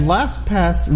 LastPass